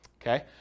okay